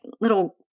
little